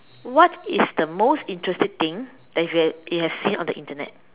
what is the most interesting thing that you have you have seen on the Internet